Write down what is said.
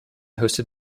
hosted